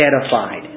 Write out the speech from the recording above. edified